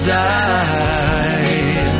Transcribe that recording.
die